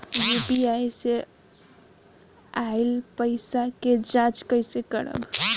UPI से आइल पईसा के जाँच कइसे करब?